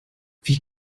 wie